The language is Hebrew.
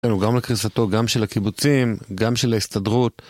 גם לקריסתו, גם של הקיבוצים, גם של ההסתדרות.